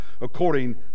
according